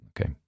Okay